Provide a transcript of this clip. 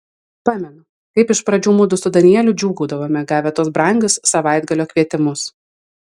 pamenu kaip iš pradžių mudu su danieliu džiūgaudavome gavę tuos brangius savaitgalio kvietimus